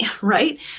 right